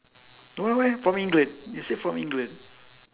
why why from england you said from england